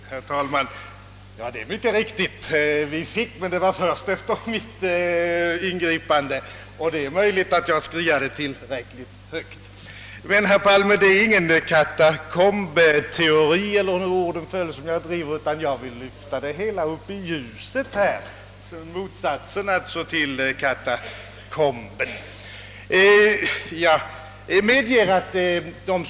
Herr talman! Det är mycket riktigt. Vi fick material men först efter mitt ingripande. Det är möjligt att jag skriade tillräckligt högt. Men, herr Palme, det är ingen »katakombteori» som jag uppställer utan jag vill i stället lyfta upp frågan i ljuset.